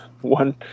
one